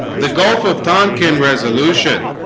the gulf of tonkin resolution